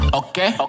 okay